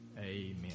Amen